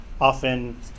often